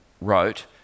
wrote